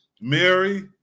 Mary